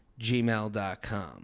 gmail.com